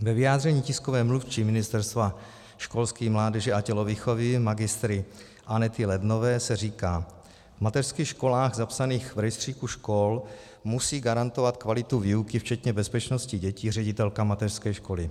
Ve vyjádření tiskové mluvčí Ministerstva školství, mládeže a tělovýchovy Mgr. Anety Lednové se říká: V mateřských školách zapsaných v rejstříku škol musí garantovat kvalitu výuky včetně bezpečnosti dětí ředitelka mateřské školy.